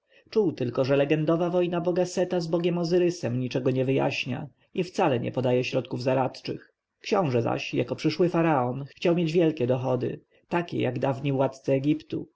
czuł tylko że legendowa wojna boga seta z bogiem ozyrysem niczego nie wyjaśnia i wcale nie podaje środków zaradczych książę zaś jako przyszły faraon chciał mieć wielkie dochody takie jak dawni władcy egiptu